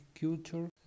culture